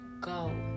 go